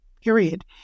period